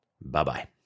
Bye-bye